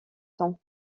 temps